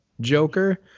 Joker